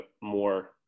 more